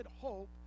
hope